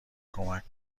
کمک